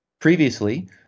Previously